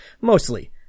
mostly